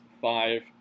five